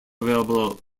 available